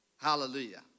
Hallelujah